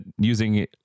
using